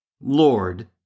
Lord